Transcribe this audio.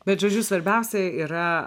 bet žodžiu svarbiausia yra